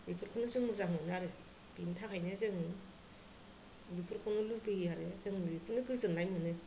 बेफोरखौनो जों मोजां मोनो आरो बेनि थाखायनो जों बेफोरखौनो लुगैयो आरो जों बेखौनो गोजोननाय मोनो